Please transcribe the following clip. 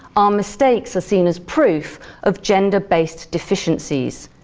um mistakes are seen as proof of gender based deficiencies.